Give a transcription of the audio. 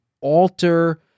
alter